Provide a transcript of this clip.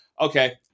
okay